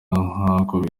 n’aho